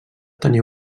tenia